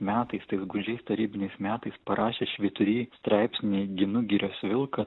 metais tais gūdžiais tarybiniais metais parašė švytury straipsnį ginu girios vilką